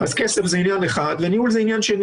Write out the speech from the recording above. אז כסף זה עניין אחד וניהול זה עניין שני.